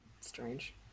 strange